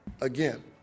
again